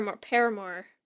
Paramore